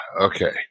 okay